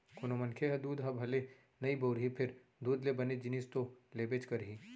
कोनों मनखे ह दूद ह भले नइ बउरही फेर दूद ले बने जिनिस तो लेबेच करही